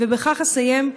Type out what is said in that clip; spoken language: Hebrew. ובכך אסיים.